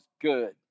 good